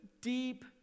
deep